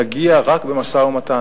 תגיע רק במשא-ומתן.